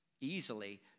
easily